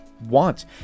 want